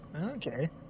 Okay